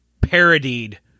parodied